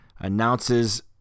announces